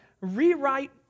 rewrite